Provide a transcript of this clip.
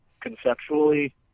conceptually